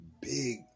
big